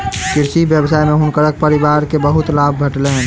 कृषि व्यवसाय में हुनकर परिवार के बहुत लाभ भेटलैन